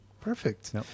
Perfect